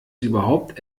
überhaupt